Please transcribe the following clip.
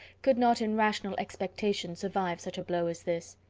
could not in rational expectation survive such a blow as this.